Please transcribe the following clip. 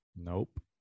nope